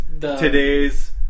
today's